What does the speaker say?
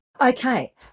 Okay